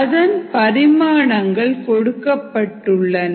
அதன் பரிமாணங்கள் கொடுக்கப்பட்டுள்ளன